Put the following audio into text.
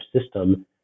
system